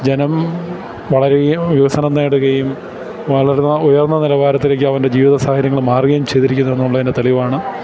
ജനം വളരെ വികസനം നേടുകയും ഉയർന്ന നിലവാരത്തിലേക്ക് അവൻ്റെ ജീവിതസാഹചര്യങ്ങള് മാറുകയും ചെയ്തിരിക്കുന്നുവെന്നുള്ളതിൻ്റെ തെളിവാണ്